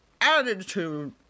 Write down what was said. attitude